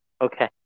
Okay